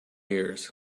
ears